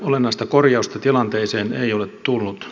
olennaista korjausta tilanteeseen ei ole tullut